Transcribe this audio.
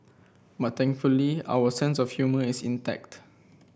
but thankfully our sense of humour is intact